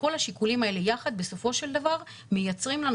וכל השיקולים האלה יחד בסופו של דבר מייצרים לנו